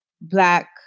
black